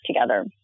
together